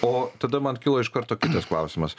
o tada man kilo iš karto kitas klausimas